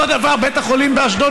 אותו דבר בית החולים באשדוד,